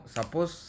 Suppose